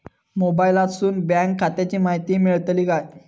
मोबाईलातसून बँक खात्याची माहिती मेळतली काय?